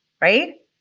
right